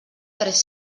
tres